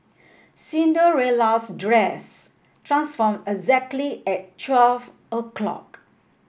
Cinderella's dress transformed exactly at twelve o'clock